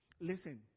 Listen